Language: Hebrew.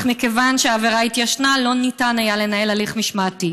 אך מכיוון שהעבירה התיישנה לא ניתן היה לנהל הליך משמעתי.